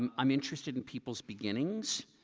um i'm interested in people's beginnings.